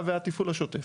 האחזקה והתפעול השוטף.